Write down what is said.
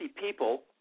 people